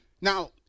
Now